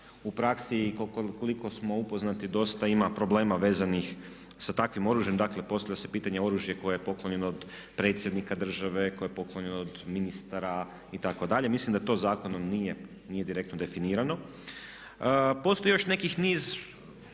u praksi koliko smo upoznati dosta ima problema vezanih sa takvim oružjem, dakle postavlja se pitanje oružje koje je poklonjeno od predsjednika države, koje je poklonjeno od ministara itd., mislim da to zakonom nije direktno definirano. Postoji još neki niz